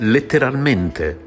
Letteralmente